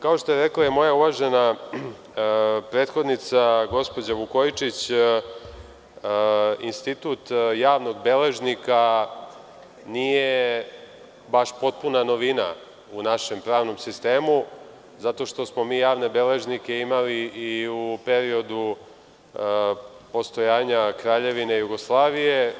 Kao što je rekla i moja uvažena prethodinca, gospođa Vukojičić, institut javnog beležnika nije baš potpuna novina u našem pravnom sistemu, zato što smo mi javne beležnike imali i u periodu postojanja Kraljevine Jugoslavije.